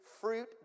fruit